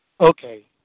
Okay